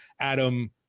Adam